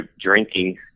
drinking